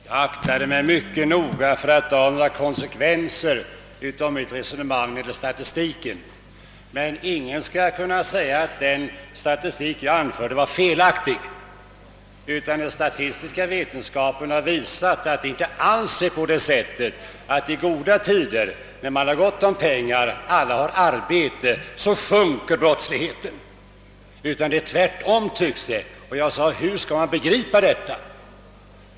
Herr talman! Jag aktade mig mycket noga för att dra några slutsatser av mitt resonemang om statistiken, men ingen skall kunna säga, att den statistik jag redovisade var felaktig. Den statistiska vetenskapen har visat att det inte alls är på det sättet att brottsligheten sjunker i goda tider, när man har gott om pengar och när alla har arbete, utan det tycks förhålla sig tvärt om. Jag ställde därför frågan: Hur skall man kunna begripa detta?